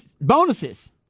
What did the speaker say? bonuses